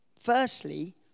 Firstly